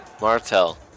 Martel